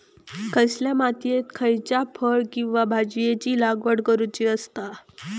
कसल्या मातीयेत खयच्या फळ किंवा भाजीयेंची लागवड करुची असता?